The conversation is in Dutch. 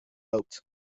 loopt